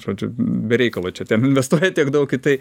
žodžiu be reikalo čia ten investuojat tiek daug į tai